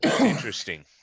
Interesting